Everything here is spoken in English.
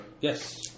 Yes